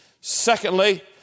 Secondly